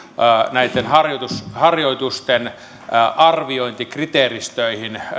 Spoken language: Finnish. näitten harjoitusten arviointikriteeristöihin